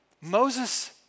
Moses